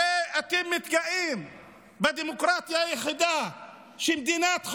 הרי אתם מתגאים בדמוקרטיה היחידה של מדינת חוק.